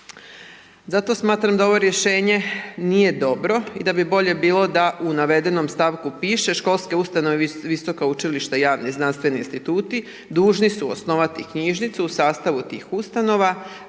Zato smatram da ovo rješenje nije dobro i da bi bolje bilo da u navedenom stavku piše školske ustanove i visoka učilišta i javni znanstveni instituti dužni su osnovati knjižnicu u sastavu tih ustanova